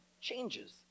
changes